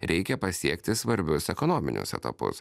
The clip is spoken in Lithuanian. reikia pasiekti svarbius ekonominius etapus